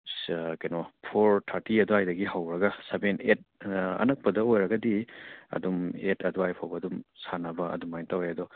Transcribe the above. ꯀꯩꯅꯣ four thirty ꯑꯗꯨꯋꯥꯏꯗꯒꯤ ꯍꯧꯔꯒ ꯁꯕꯦꯟ ꯑꯦꯠ ꯑꯅꯛꯄꯗ ꯑꯣꯏꯔꯒꯗꯤ ꯑꯗꯨꯝ ꯑꯦꯠ ꯑꯗꯨꯋꯥꯏ ꯐꯥꯎꯕ ꯑꯗꯨꯝ ꯁꯥꯟꯅꯕ ꯑꯗꯨꯃꯥꯏꯅ ꯇꯧꯏ ꯑꯗꯣ